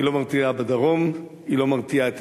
היא לא מרתיעה בדרום, היא לא מרתיעה את